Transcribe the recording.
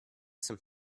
some